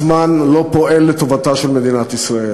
הזמן לא פועל לטובתה של מדינת ישראל.